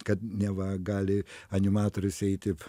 kad neva gali animatorius eiti